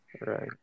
right